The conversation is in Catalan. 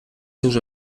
seus